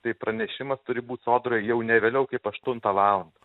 tai pranešimas turi būt sodroj jau ne vėliau kaip aštuntą valandą